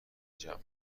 جمع